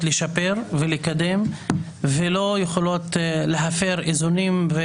לשפר ולקדם ולא יכולים להפר איזונים.